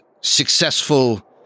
successful